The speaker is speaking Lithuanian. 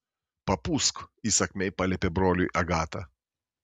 papūsk įsakmiai paliepė broliui agata